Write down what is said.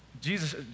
Jesus